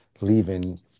leaving